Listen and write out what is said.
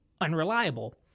Unreliable